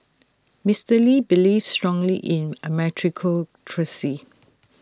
Mister lee believed strongly in A meritocracy